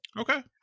Okay